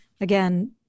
again